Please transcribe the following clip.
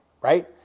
right